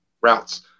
routes